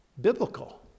biblical